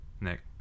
Nick